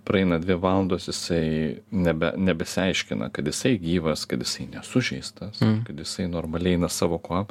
praeina dvi valandos jisai nebe nebesiaiškina kad jisai gyvas kad jisai nesužeistas kad jisai normaliai eina savo kojom